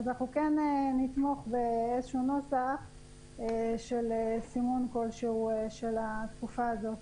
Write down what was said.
אנחנו כן נתמוך באיזה נוסח של סימון כלשהו של התקופה הזאת.